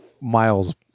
Miles